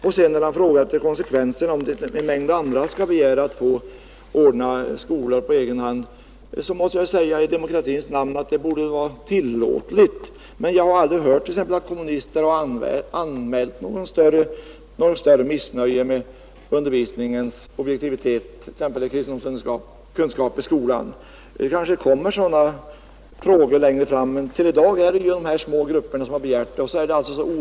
När herr Alemyr talade om konsekvenserna ifall en mängd andra begär att få ordna skolor på egen hand vill jag i demokratins namn säga att det borde vara tillåtligt. Men jag har aldrig hört att t.ex. kommunister anmält något större missnöje med undervisningens objektivitet i kristendomskunskap. Det kanske kommer sådana frågor längre fram, men till i dag är det dessa små grupper som har begärt att själva få ordna undervisning.